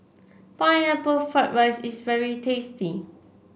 Pineapple Fried Rice is very tasty